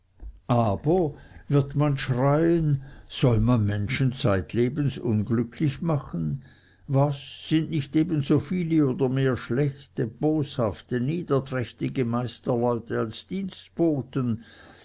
aber wird man schreien soll man menschen zeitlebens unglücklich machen was sind nicht ebenso viele oder mehr schlechte boshafte niederträchtige meisterleute als dienstboten